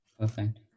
perfect